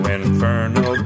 Inferno